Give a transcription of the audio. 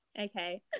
Okay